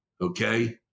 Okay